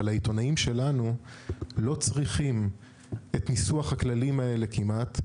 אבל העיתונאים שלנו לא צריכים את ניסוח הכללים האלה כמעט.